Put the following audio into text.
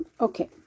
okay